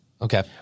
Okay